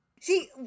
see